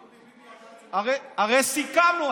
ביבי ידע את זה, הרי סיכמנו.